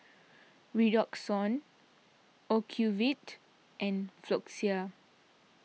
Redoxon Ocuvite and Floxia